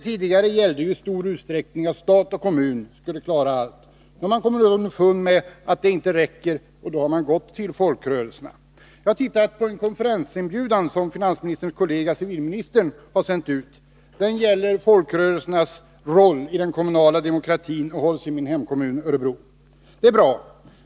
Tidigare gällde i stor utsträckning att stat och kommun skulle klara allt. Nu har man kommit underfund med att det inte räcker, och då har man gått till folkrörelserna. Jag har tittat på en konferensinbjudan som finansministerns kollega civilministern sänt ut. Konferensen gäller folkrörelsernas roll i den kommunala demokratin och hålls i min hemkommun Örebro. Det är bra.